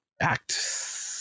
act